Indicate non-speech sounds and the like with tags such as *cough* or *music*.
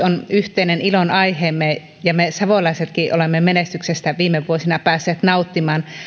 *unintelligible* on yhteinen ilonaiheemme ja me savolaisetkin olemme menestyksestä viime vuosina päässeet nauttimaan